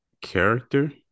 character